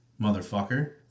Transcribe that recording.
motherfucker